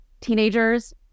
Teenagers